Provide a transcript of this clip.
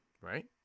right